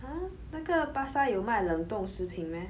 !huh! 那个巴刹有卖冷冻食品 meh